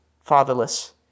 fatherless